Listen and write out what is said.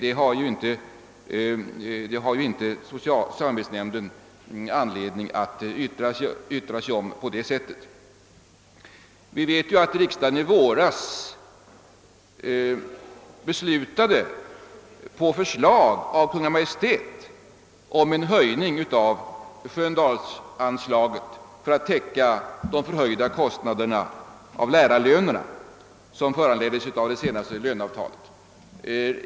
Samarbetsnämnden har ingen anledning att yttra sig om den saken. Riksdagen beslutade ju i våras, på förslag av Kungl. Maj:t, om en höjning av Sköndalsanslaget för att täcka de höjda kostnader för lärarlönerna som föranleddes av de senaste löneavtalen.